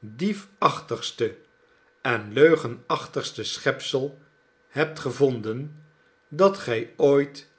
diefachtigste en leugenachtigste schepsel hebt gevonden dat gij ooit